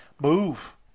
move